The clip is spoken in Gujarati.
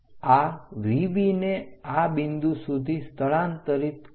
આ VB ને આ બિંદુ સુધી સ્થળાંતરિત કરો